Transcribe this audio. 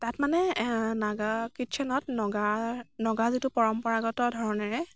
তাত মানে নাগা কিটচেনত নগা নগাৰ যিটো পৰম্পৰাগত ধৰণেৰে